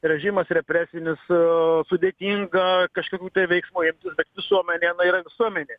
režimas represinis sudėtinga kažkokių tai veiksmų imtis bet visuomenė yra visuomenė